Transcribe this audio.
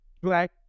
black